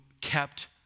kept